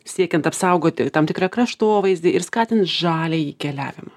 siekiant apsaugoti tam tikrą kraštovaizdį ir skatint žaliąjį keliavimą